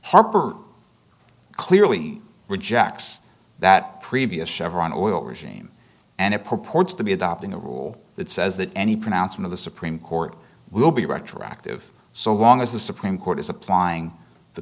harbor clearly rejects that previous chevron oil regime and it purports to be adopting a rule that says that any pronouncement the supreme court will be retroactive so long as the supreme court is applying the